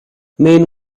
mayne